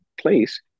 place